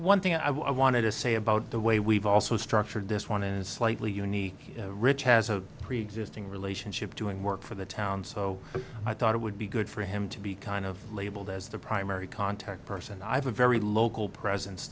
one thing i wanted to say about the way we've also structured this one is slightly unique rich has a preexisting relationship doing work for the town so i thought it would be good for him to be kind of labeled as the primary contact person i've a very local presen